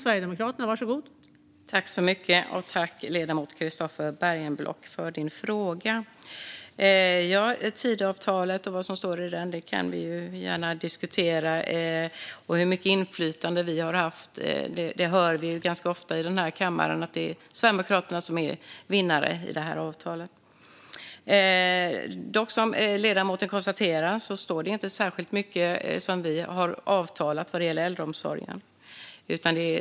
Fru talman! Tack, ledamoten Christofer Bergenblock, för frågan! Ja, vi kan gärna diskutera Tidöavtalet, vad som står i det och hur mycket inflytande vi har haft. Vi hör ju ganska ofta i denna kammare att det är Sverigedemokraterna som är vinnare i detta avtal. Som ledamoten konstaterar står det dock inte särskilt mycket om sådant som vi har avtalat vad gäller äldreomsorgen.